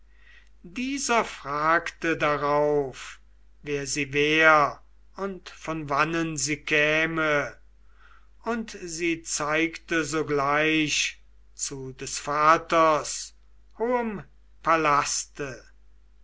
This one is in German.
dieser fragte darauf wer sie wär und von wannen sie käme und sie zeigte sogleich zu des vaters hohem